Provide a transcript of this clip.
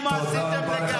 ימין מלא מלא, ראינו מה עשיתם.